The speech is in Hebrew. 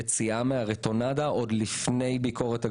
עוד לפני ביקורת הגבולות.